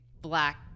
black